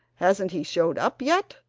hasn't he showed up yet?